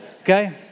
Okay